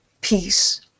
peace